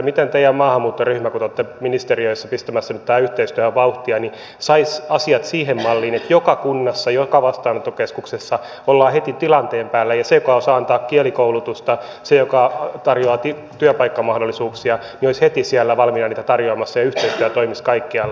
miten ministeri teidän maahanmuuttoryhmänne kun te olette ministeriöissä pistämässä nyt tähän yhteistyöhön vauhtia saisi asiat siihen malliin että joka kunnassa joka vastaanottokeskuksessa ollaan heti tilanteen päällä ja se joka osaa antaa kielikoulutusta se joka tarjoaa työpaikkamahdollisuuksia olisi heti siellä valmiina niitä tarjoamassa ja yhteistyö toimisi kaikkialla